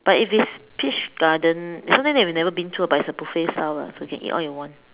but if they peach garden it's something we never been to ah but it's a buffet style lah so you can eat all you want